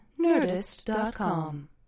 Nerdist.com